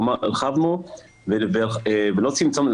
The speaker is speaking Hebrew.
כלומר הרחבנו ולא צמצמנו,